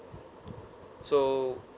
so